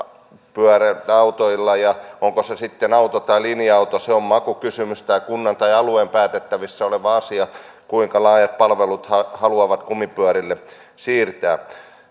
autoilla ja onko se sitten auto tai linja auto se on makukysymys tai kunnan tai alueen päätettävissä oleva asia kuinka laajat palvelut ne haluavat kumipyörille siirtää